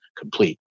complete